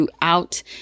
throughout